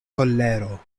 kolero